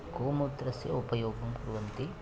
गोमूत्रस्य उपयोगं कुर्वन्ति